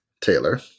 Taylor